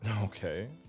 Okay